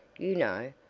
you know,